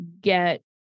get